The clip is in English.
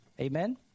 Amen